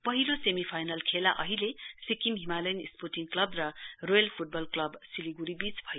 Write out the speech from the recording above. पहिलो semifinal खेल Sikkim Himalayan sporting club र रोयल फ्टबल क्लब सिलिग्डीबीच भयो